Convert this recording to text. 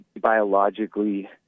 biologically